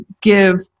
give